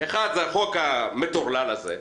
האחת היא הצעת החוק המטורללת הזאת,